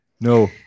No